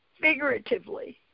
figuratively